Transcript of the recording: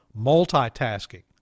multitasking